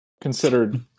considered